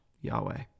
Yahweh